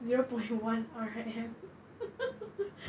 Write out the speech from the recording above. zero point one R_M